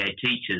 teachers